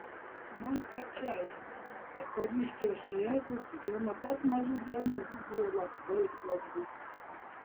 man pačiai eucharistijos jėzus jau nuo pat mažų dienų buvo labai svarbus